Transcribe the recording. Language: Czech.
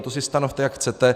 To si stanovte, jak chcete.